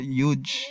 huge